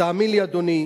ותאמין לי, אדוני,